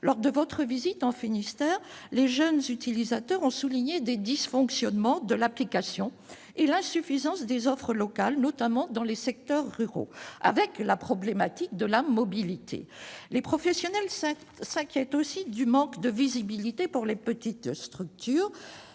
monsieur le ministre, les jeunes utilisateurs ont souligné des dysfonctionnements de l'application et l'insuffisance des offres locales, notamment dans les secteurs ruraux, dans lesquels la mobilité est une question cruciale. Les professionnels s'inquiètent du manque de visibilité pour les petites structures.